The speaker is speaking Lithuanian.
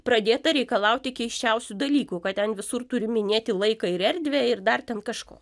pradėta reikalauti keisčiausių dalykų kad ten visur turi minėti laiką ir erdvę ir dar ten kažko